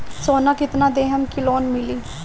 सोना कितना देहम की लोन मिली?